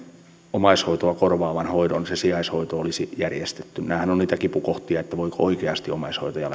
omaishoitoa korvaava hoito se sijaishoito olisi järjestetty nämähän ovat niitä kipukohtia siinä voiko oikeasti omaishoitaja